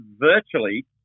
virtually